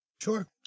sure